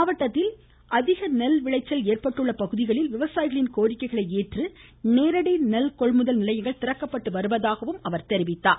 மாவட்டத்தில் அதிக நெல் விளைச்சல் ஏற்பட்டுள்ள பகுதிகளில் விவசாயிகளின் கோரிக்கைகளை ஏற்று நேரடி நெல் கொள்முதல் நிலையங்கள் திறக்கப்பட்டு வருவதாக கூறினார்